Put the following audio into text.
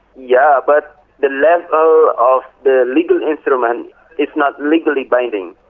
yeah but the level of the legal instrument is not legally binding,